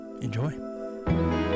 Enjoy